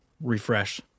refresh